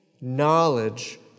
knowledge